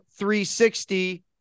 360